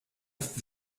ist